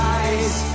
eyes